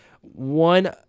one